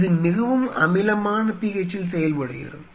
இது மிகவும் அமிலமான pH இல் செயல்படுகிறது